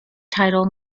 title